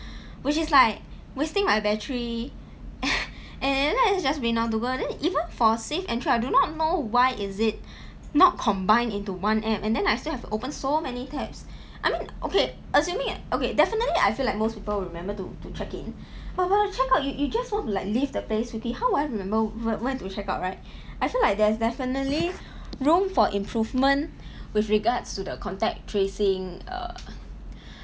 which is like wasting my battery and then that's just been and then even for safe entry I do not know why is it not combined into one app and then I still have open so many tabs I mean okay assuming it okay definitely I feel like most people would remember to to check in but when I check out you you just want to like leave the place quickly how would I remember where where to check out right I feel like there's definitely room for improvement with regards to the contact tracing err